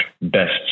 best